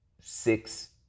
six